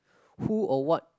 who or what